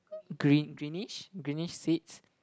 green greenish greenish seats